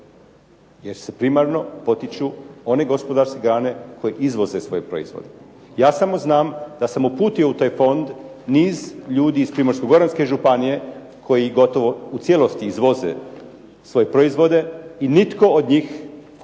jer se primarno potiču one gospodarske grane koje izvoze svoj proizvod. Ja samo znam da sam uputio u taj fond niz ljudi iz Primorsko-goranske županije koji gotovo u cijelosti izvoze svoje proizvode i nitko od njih